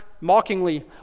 mockingly